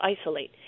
isolate